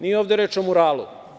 Nije ovde reč o muralu.